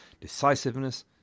decisiveness